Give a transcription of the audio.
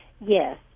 Yes